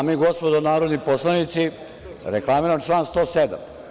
Dame i gospodo narodni poslanici, reklamiram član 107.